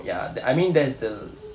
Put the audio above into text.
ya that I mean there's the